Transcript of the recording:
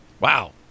Wow